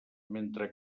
mentre